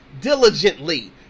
diligently